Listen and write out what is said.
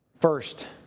First